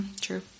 True